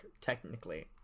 technically